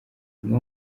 umwe